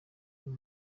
uyu